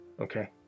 Okay